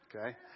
okay